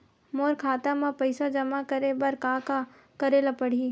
मोर खाता म पईसा जमा करे बर का का करे ल पड़हि?